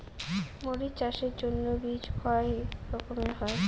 মরিচ চাষের জন্য বীজ কয় রকমের হয়?